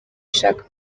ishaka